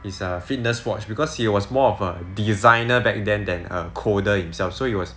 his err fitness watch because he was more of a designer back then than a coder himself so he was